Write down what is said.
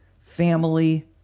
family